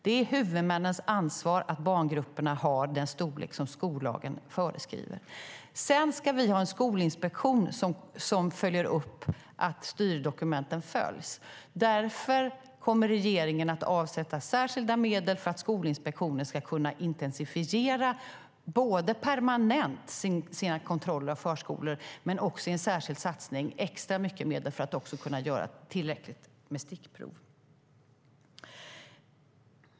Det är huvudmannens ansvar att barngrupperna har den storlek som skollagen föreskriver. Sedan ska vi ha en skolinspektion som följer upp att styrdokumenten följs. Därför kommer regeringen att avsätta särskilda medel för att Skolinspektionen ska kunna intensifiera arbetet. Det gäller de permanenta kontrollerna av förskolor. Men det är också i en särskild satsning extra mycket medel för att man även ska kunna göra tillräckligt med stickprov.